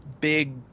big